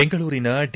ಬೆಂಗಳೂರಿನ ಡಿ